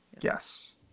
yes